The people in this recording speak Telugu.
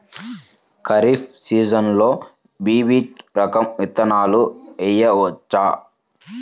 ఖరీఫ్ సీజన్లో బి.పీ.టీ రకం విత్తనాలు వేయవచ్చా?